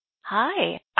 Hi